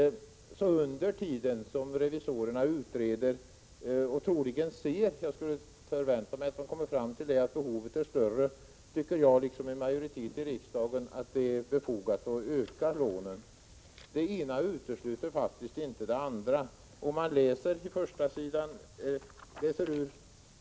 Under tiden som revisorerna utreder — och troligen kommer fram till att behovet av lån är större — anser jag liksom en majoritet av riksdagen att det är befogat att öka anslaget till dessa lån. Det ena utesluter inte det andra.